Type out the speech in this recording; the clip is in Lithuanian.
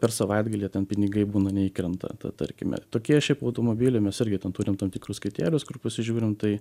per savaitgalį ten pinigai būna neįkrenta ta tarkime tokie šiaip automobiliai mes irgi ten turim tam tikrus kriterijus kur pasižiūrim tai